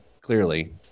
clearly